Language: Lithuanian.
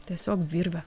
tiesiog virvė